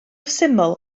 syml